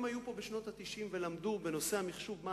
הם היו פה בשנות ה-90 ולמדו מה אנחנו